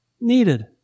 needed